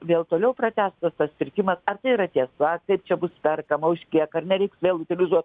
vėl toliau pratęstas tas pirkimas ar tai yra tiesa kaip čia bus perkama už kiek ar nereiks vėl utilizuot